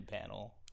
panel